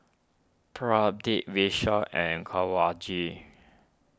Pradip Vishal and Kanwaljit